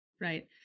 right